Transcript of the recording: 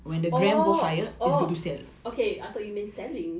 oh oh okay I thought you mean selling